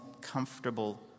comfortable